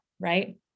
Right